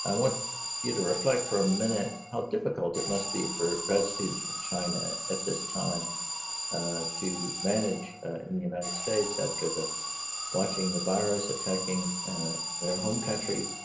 i want you to reflect for a minute how difficult it must be for grad students from china at this time to manage in the united states after watching the virus attacking their home country,